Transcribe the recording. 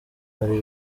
ari